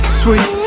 sweet